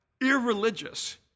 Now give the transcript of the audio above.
irreligious